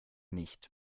nicht